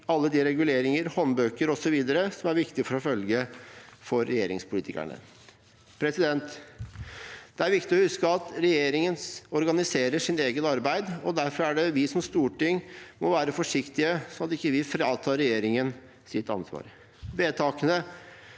alle de reguleringer, håndbøker osv. som er viktig å følge for regjeringspolitikerne. Det er viktig å huske at regjeringen organiserer sitt eget arbeid, og derfor er det vi som storting må være forsiktige så vi ikke fratar regjeringen deres ansvar. Vedtakene